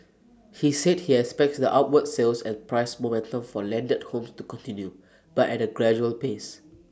he said he expects the upward sales and price momentum for landed homes to continue but at A gradual pace